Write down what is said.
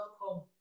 welcome